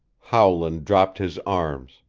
howland dropped his arms,